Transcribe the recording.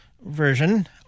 version